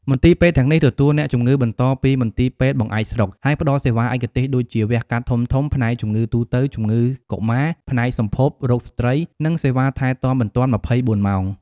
មន្ទីរពេទ្យទាំងនេះទទួលអ្នកជំងឺបន្តពីមន្ទីរពេទ្យបង្អែកស្រុក ហើយផ្តល់សេវាឯកទេសដូចជា វះកាត់ធំៗ ផ្នែកជំងឺទូទៅ ជំងឺកុមារ ផ្នែកសម្ភព រោគស្ត្រី និងសេវាថែទាំបន្ទាន់ ២៤ ម៉ោង។